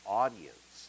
audience